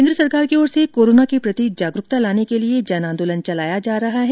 केन्द्र सरकार की ओर से कोरोना के प्रति जागरूकता लाने के लिए जन आंदोलन चलाया जा रहा है